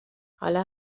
حالا